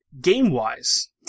game-wise